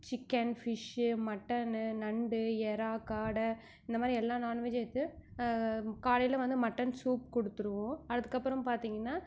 chicken fish mutton நண்டு இறா காடை இந்த மாதிரி எல்லா நான்வெஜ்ஜும் எடுத்து காலையில் வந்து மட்டன் சூப் கொடுத்துருவோம் அதுக்கப்புறம் பார்த்தீங்கன்னா